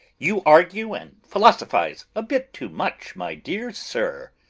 you argue and philosophize a bit too much, my dear sir.